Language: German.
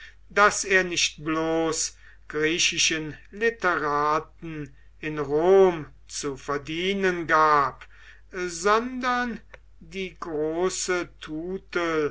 daß er nicht bloß griechischen literaten in rom zu verdienen gab sondern die große